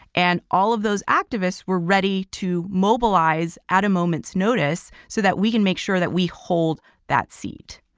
and all of those activists were ready to mobilize at a moment's notice so that we can make sure that we hold that seat.